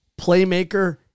playmaker